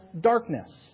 darkness